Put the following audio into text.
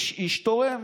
איש-איש תורם.